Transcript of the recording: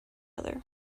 other